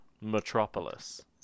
metropolis